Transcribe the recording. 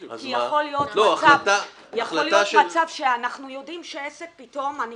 כי יכול להיות מצב שאנחנו יודעים שעסק פתאום אני